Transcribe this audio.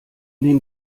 den